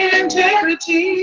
integrity